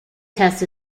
test